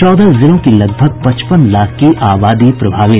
चौदह जिलों की लगभग पचपन लाख की आबादी प्रभावित